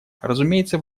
разумеется